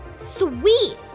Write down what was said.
Sweet